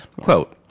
Quote